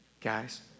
guys